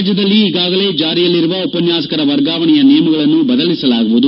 ರಾಜ್ಯದಲ್ಲಿ ಈಗಾಗಲೇ ಜಾರಿಯಲ್ಲಿರುವ ಉಪನ್ಯಾಸಕರ ವರ್ಗಾವಣೆಯ ನಿಯಮಗಳನ್ನು ಬದಲಿಸಲಾಗುವುದು